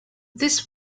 this